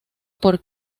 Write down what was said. por